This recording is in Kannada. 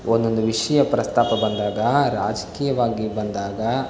ಒಂದೊಂದು ವಿಷಯ ಪ್ರಸ್ತಾಪ ಬಂದಾಗ ರಾಜಕೀಯವಾಗಿ ಬಂದಾಗ